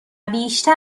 بیشتر